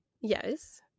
Yes